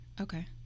okay